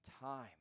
time